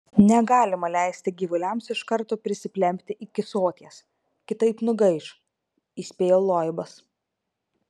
negalima leisti gyvuliams iš karto prisiplempti iki soties kitaip nugaiš įspėjo loibas